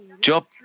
Job